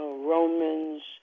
Romans